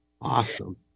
Awesome